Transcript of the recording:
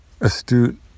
astute